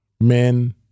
men